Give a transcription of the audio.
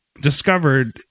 discovered